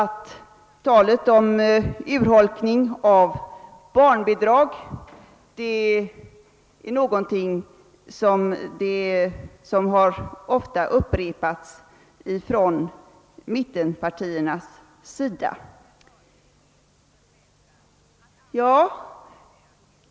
Talet om urholkning av barnbidraget har också ofta upprepats från mittenpartierna.